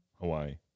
Hawaii